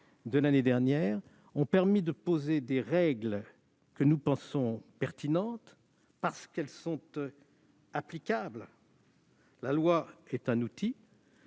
de la famille ont permis de poser des règles que nous jugeons pertinentes parce qu'elles sont applicables. La loi est un outil